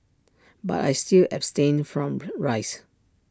but I still abstain from rice